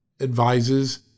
advises